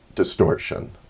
distortion